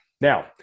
now